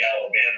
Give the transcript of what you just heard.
Alabama